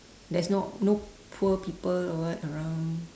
there's no no poor people or what around